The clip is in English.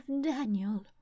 Daniel